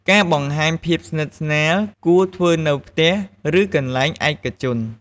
ការបង្ហាញភាពស្និទ្ធស្នាលគួរធ្វើនៅផ្ទះ ឬកន្លែងឯកជន។